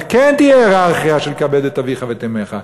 וכן תהיה הייררכיה של כבד את אביך ואת אמך,